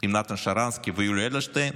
עם נתן שרנסקי ויולי אדלשטיין,